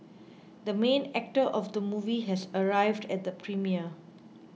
the main actor of the movie has arrived at the premiere